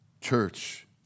Church